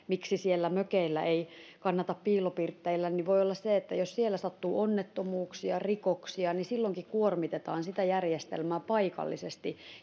miksi siellä mökeillä ei kannata piilopirtteillä voi olla että jos siellä sattuu onnettomuuksia rikoksia silloinkin kuormitetaan sitä järjestelmää paikallisesti